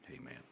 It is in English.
Amen